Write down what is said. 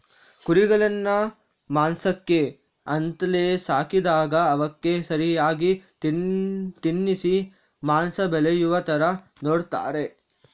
ಕುರಿಗಳನ್ನ ಮಾಂಸಕ್ಕೆ ಅಂತಲೇ ಸಾಕಿದಾಗ ಅವಕ್ಕೆ ಸರಿಯಾಗಿ ತಿನ್ನಿಸಿ ಮಾಂಸ ಬೆಳೆಯುವ ತರ ನೋಡ್ತಾರೆ